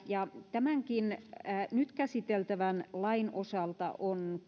tämänkin nyt käsiteltävän lain osalta on